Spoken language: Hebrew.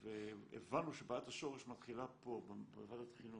והבנו שבעיית השורש מתחילה פה, בוועדת חינוך,